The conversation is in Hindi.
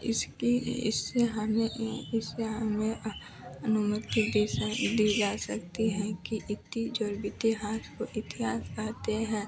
इसकी इससे हमें एं इससे हमें अनुमति दी सा दी जा सकती हैं कि इतनी ज़ो अब इतिहास को इतिहास कहते हैं